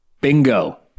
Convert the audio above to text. Bingo